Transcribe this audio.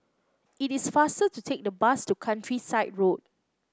it is faster to take the bus to Countryside Road